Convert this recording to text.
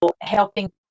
helping